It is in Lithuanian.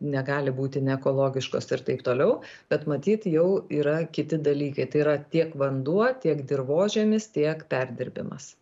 negali būti neekologiškos ir taip toliau bet matyt jau yra kiti dalykai tai yra tiek vanduo tiek dirvožemis tiek perdirbimas